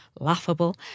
laughable